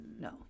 No